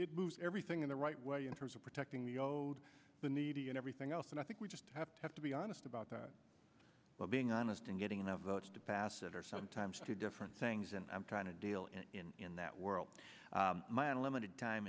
moves everything in the right way in terms of protecting the ode the needy and everything else and i think we just have to have to be honest about the well being honest and getting enough votes to pass it or sometimes two different things and i'm trying to deal in in that world my own limited time